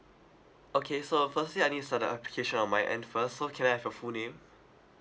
okay so firstly I need some identification on my end first so can I have your full name